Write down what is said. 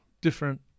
different